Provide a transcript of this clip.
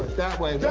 that way.